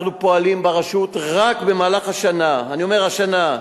אנחנו פועלים ברשות רק במהלך השנה אני אומר השנה,